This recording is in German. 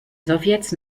sowjets